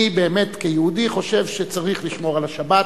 אני, כיהודי, חושב שצריך לשמור על השבת,